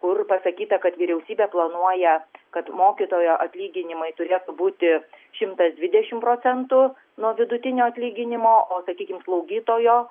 kur pasakyta kad vyriausybė planuoja kad mokytojų atlyginimai turėtų būti šimtas dvidešim procentų nuo vidutinio atlyginimo o sakykim slaugytojo